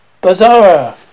Bazaar